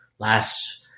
Last